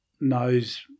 knows